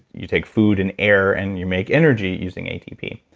you take food and air and you make energy using atp.